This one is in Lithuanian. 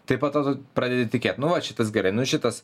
tai pat pradedi tikėt nu vat šitas gerai nu šitas